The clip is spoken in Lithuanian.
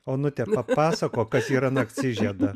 onutė papasakok kas yra naktižieda